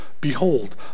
Behold